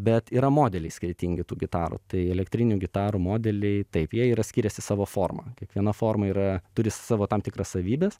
bet yra modeliai skirtingi tų gitarų tai elektrinių gitarų modeliai taip jie yra skiriasi savo forma kiekviena forma yra turi savo tam tikras savybes